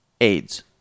AIDS